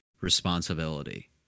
responsibility